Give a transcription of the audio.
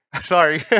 sorry